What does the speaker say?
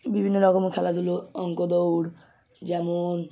বিভিন্ন রকম খেলাধুলো অঙ্ক দৌড় যেমন